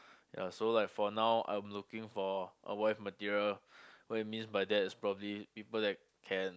ya so like for now I'm looking for a wife material what it means by that is probably people that can